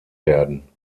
werden